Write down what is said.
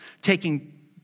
taking